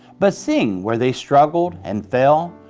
but seeing where they struggled and fell,